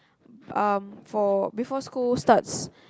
um for before school starts